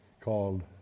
called